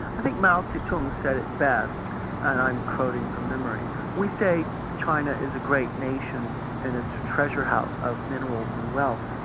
i think mao tse tung said that and i'm quoting from memory we say china is a great nation and it's a treasurehouse of minerals and wealth.